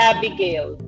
Abigail